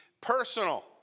personal